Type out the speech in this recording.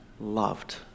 loved